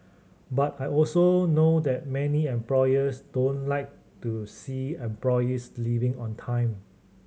but I also know that many employers don't like to see employees leaving on time